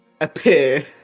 appear